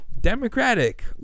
Democratic